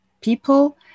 people